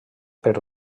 per